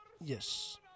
Yes